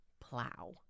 plow